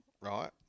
right